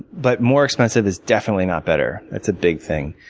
but more expensive is definitely not better. that's a big thing.